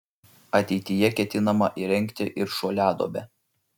ateityje ketinama įrengti ir šuoliaduobę